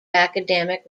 academic